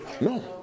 no